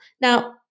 Now